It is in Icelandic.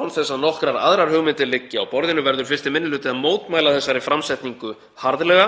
Án þess að nokkrar aðrar hugmyndir liggi á borðinu verður 1. minni hluti að mótmæla þessari framsetningu harðlega.